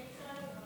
נראה לי שהוא יצא.